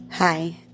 Hi